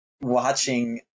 watching